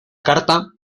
carta